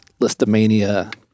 Listomania